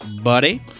buddy